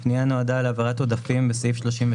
הפנייה נועדה להעברת עודפים בסעיף 38